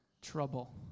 Trouble